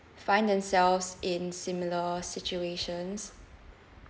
find themselves in similar situations